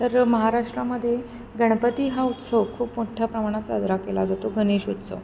तर महाराष्ट्रामध्ये गणपती हा उत्सव खूप मोठ्या प्रमाणात साजरा केला जातो गणेश उत्सव